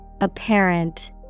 Apparent